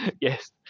Yes